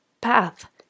path